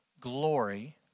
glory